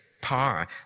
power